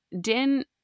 Din